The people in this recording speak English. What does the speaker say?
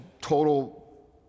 total